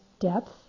depth